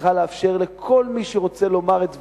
שצריכה לאפשר לכל מי שרוצה לומר את דברו,